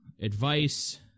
advice